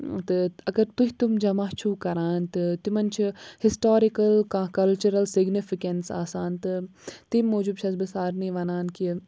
تہٕ اَگر تُہۍ تِم جَمَع چھُو کَران تہٕ تِمَن چھِ ہِسٹارِکٕل کانٛہہ کَلچٕرَل سِگنِفِکٮ۪نٕس آسان تہٕ تَمہِ موٗجوٗب چھَس بہٕ سارنی وَنان کہِ